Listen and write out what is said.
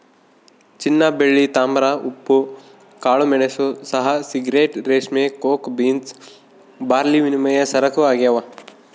ಚಿನ್ನಬೆಳ್ಳಿ ತಾಮ್ರ ಉಪ್ಪು ಕಾಳುಮೆಣಸು ಚಹಾ ಸಿಗರೇಟ್ ರೇಷ್ಮೆ ಕೋಕೋ ಬೀನ್ಸ್ ಬಾರ್ಲಿವಿನಿಮಯ ಸರಕು ಆಗ್ಯಾವ